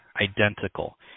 identical